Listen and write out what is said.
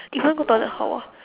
if want go toilet how ah